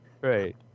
Right